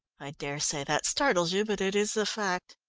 i dare say that startles you, but it is the fact.